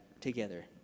together